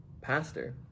pastor